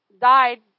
died